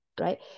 right